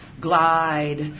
glide